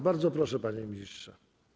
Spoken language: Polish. Bardzo proszę, panie ministrze.